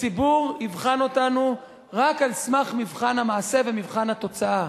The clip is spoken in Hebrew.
הציבור יבחן אותנו רק על סמך מבחן המעשה ומבחן התוצאה.